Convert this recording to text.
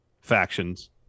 factions